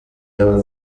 aba